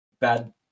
bad